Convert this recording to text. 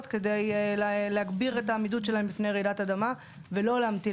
כדי להגביר את העמידות שלהם בפני רעידת אדמה ולא להמתין